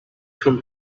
come